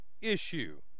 issue